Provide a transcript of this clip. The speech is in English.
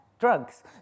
drugs